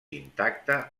intacte